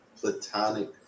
platonic